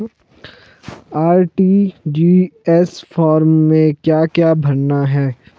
RTGS form में क्या क्या भरना है?